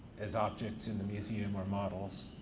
as objects in the museum or models.